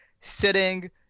sitting